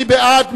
מי בעד?